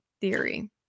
theory